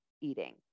eating